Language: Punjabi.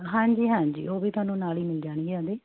ਹਾਂਜੀ ਹਾਂਜੀ ਉਹ ਵੀ ਤੁਹਾਨੂੰ ਨਾਲ ਹੀ ਮਿਲ ਜਾਣਗੇ ਉਹਦੇ